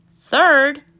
Third